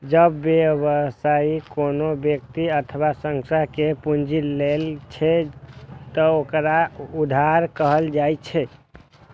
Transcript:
जब व्यवसायी कोनो व्यक्ति अथवा संस्था सं पूंजी लै छै, ते ओकरा उधार कहल जाइ छै